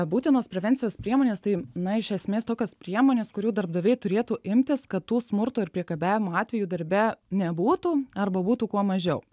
būtinos prevencijos priemonės tai na iš esmės tokios priemonės kurių darbdaviai turėtų imtis kad tų smurto ir priekabiavimo atvejų darbe nebūtų arba būtų kuo mažiau